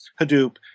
Hadoop